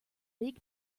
big